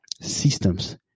systems